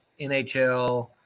NHL